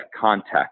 context